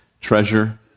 treasure